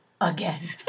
again